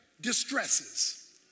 distresses